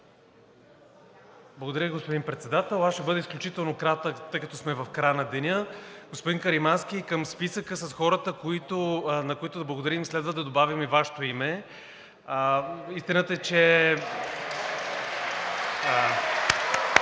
Благодаря, господин Председател. Аз ще бъда изключително кратък, тъй като сме в края на деня. Господин Каримански, към списъка с хората, на които да благодарим, следва да добавим и Вашето име. (Ръкопляскания.) Истината